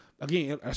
Again